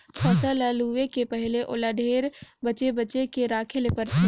फसल ल लूए के पहिले ओला ढेरे बचे बचे के राखे ले परथे